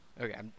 Okay